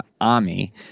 Ami